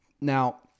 Now